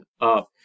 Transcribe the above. up